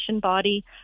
body